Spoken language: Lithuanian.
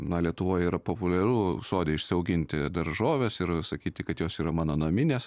na lietuvoj yra populiaru sode užsiauginti daržoves ir sakyti kad jos yra mano naminės